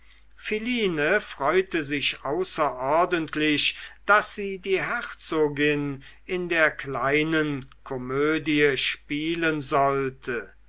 philine freute sich außerordentlich daß sie die herzogin in der kleinen komödie spielen sollte